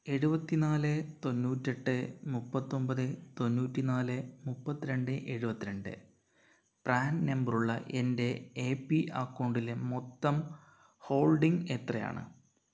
എഴുപത്തിനാല് തൊണ്ണൂറ്റിയെട്ട് മുപ്പത്തിയൊൻപത് തൊണ്ണൂറ്റിനാല് മുപ്പത്തിരണ്ട് എഴുപത്തിരണ്ട് പ്രാന് നമ്പർ ഉള്ള എന്റെ എ പി അക്കൗണ്ടിലെ മൊത്തം ഹോൾഡിംഗ് എത്രയാണ്